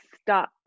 stuck